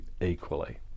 equally